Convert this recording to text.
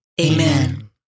Amen